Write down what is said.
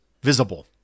visible